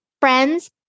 Friends